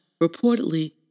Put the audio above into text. reportedly